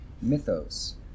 mythos